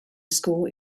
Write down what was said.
school